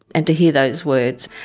and to hear those words,